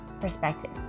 perspective